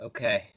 Okay